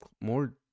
more